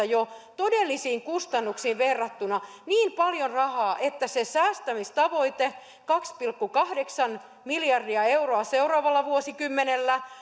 jo alkuvaiheessa todellisiin kustannuksiin verrattuna niin paljon rahaa se säästämistavoite kaksi pilkku kahdeksan miljardia euroa seuraavalla vuosikymmenellä